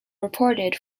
reported